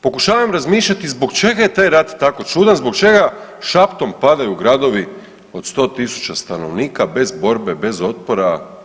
Pokušavam razmišljati zbog čega je taj rat tako čudan, zbog čega šaptom padaju gradovi od 100.000 stanovnika bez borbe, bez otpora.